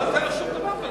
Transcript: לא נותן לו שום דבר.